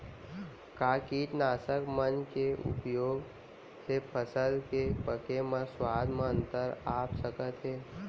का कीटनाशक मन के उपयोग से फसल के पके म स्वाद म अंतर आप सकत हे?